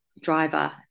driver